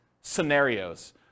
scenarios